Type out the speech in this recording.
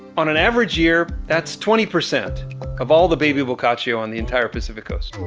on an average year, that's twenty percent of all the baby boccaccio on the entire pacific coast,